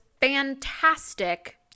fantastic